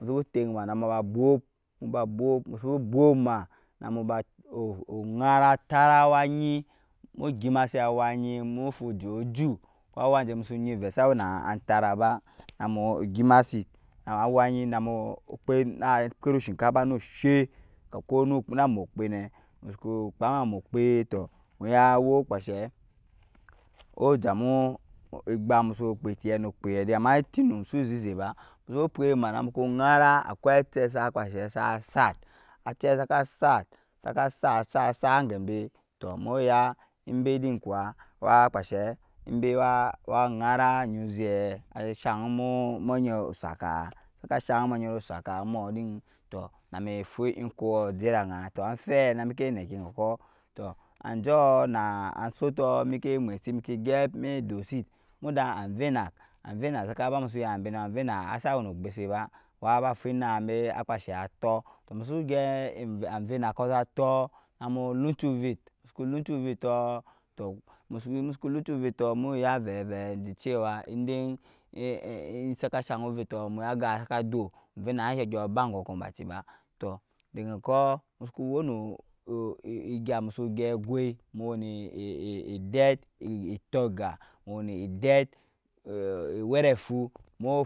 Mu tɛyk mai namuba bwup muba bwup musubu bwup ma namuba ogara tara awa enyi mu gimasi awa enyi mufu jɛ ju awajɛ musu enyi vɛ sa wɛ na antara ba na mu gɛmasit awa enyi namu kpɛt na kpɛt shinkafa nu shɛi. kɔɔ na mukpɛ nɛ musuku kpa ma mukpɛ tɔɔ mu ya kpashɛ ojamu egam musu kpa etɛ nu kpɛ ama eti onum si zizɛ ba musumu pɛt ma namukiu gara akwai acɛ sa kpashɛ sat acɛsaka sat saka sat gɛmbɛ tɔɔ mu ya ɛmbɛ din kwa wa kpashɛ wa jara ugi zɛ ajɛ shang mu jɛt osaka saka shang ma jetosaka mɔɔ din tɔɔ na mi fu enkɔɔ jɛdanga tɔɔ anfɛ miki nɛki gɔkɔɔ tɔɔ agjɔɔ na sɔtɔɔ miki mɛsit miki gyɛp mi dosit muda agvɛnak saka ba musu yambɛ nɔɔ aɔvenak wɔnu gyɛsɛ ba waba fu enak bɛi akpashɛ atɔɔ tɔr mususu gɛp ajvɛnakɔɔ sa tɔr namu lunci vɛt musuku lunci vɛtɔɔ tɔɔ mu ya vɛi vɛi daciwa indai. saka shang vɛtɔɔ mu yɔ aga saka dor agvenak nasa gyɔɔ ba gogkɔɔ baci ba tɔɔ dage gogkɔɔ musuku wɛi nɔɔ egyang kɛ musu gɛp gwui mu wɛ ni ni edet etɔɔga ewɛrɛnfu,